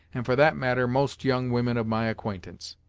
and for that matter, most young women of my acquaintance.